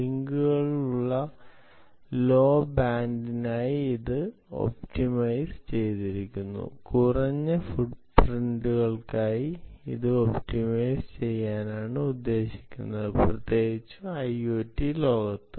ലിങ്കുകളുള്ള low ബാൻഡിനായി ഇത് optimise ചെയ്തിരിക്കുന്നു കുറഞ്ഞ ഫുട്പ്രിന്റുകൾക്കായി ഇത് ഒപ്റ്റിമൈസ് ചെയ്യാനാണ് ഉദ്ദേശിക്കുന്നത് പ്രത്യേകിച്ചും ഐഒടി ലോകത്ത്